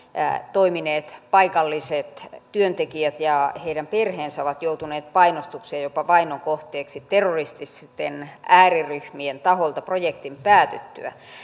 toimineet paikalliset työntekijät ja heidän perheensä ovat joutuneet painostuksen ja jopa vainon kohteeksi terrorististen ääriryhmien tahoilta projektin päätyttyä